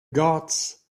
gods